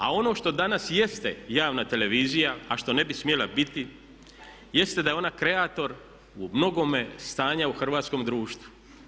A ono što danas jeste javna televizija, a što ne bi smjela biti jeste da je ona kreator u mnogome stanja u hrvatskom društvu.